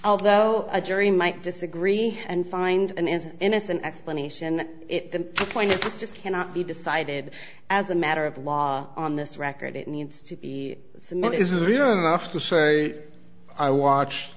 although a jury might disagree and find an is innocent explanation if the point is just cannot be decided as a matter of law on this record it needs to be